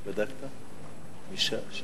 אדוני היושב-ראש, כבוד